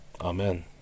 amen